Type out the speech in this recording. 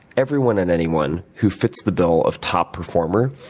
everyone and anyone who fits the bill of top performer.